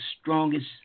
strongest